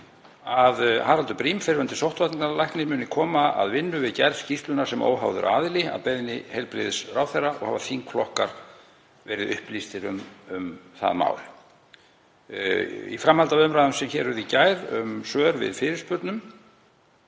að Haraldur Briem, fyrrverandi sóttvarnalæknir, muni koma að vinnu við gerð skýrslunnar sem óháður aðili að beiðni heilbrigðisráðherra og hafa þingflokkar verið upplýstir um það mál. Í framhaldi af umræðum sem hér urðu í gær um svör við fyrirspurnum